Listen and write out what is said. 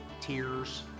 tears